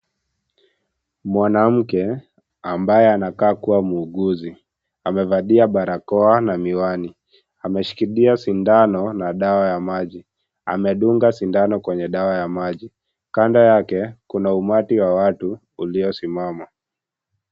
Mwanamke ambaye anakaa kuwa, muuguzi. Amevalia barakoa na miwani. Ameshikilia sindano la dawa ya maji. Amedunga sindano kwenye dawa ya maji. Kando yake, kuna umati wa watu uliosimama.